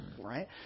Right